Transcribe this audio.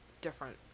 different